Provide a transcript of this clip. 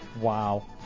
Wow